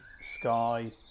Sky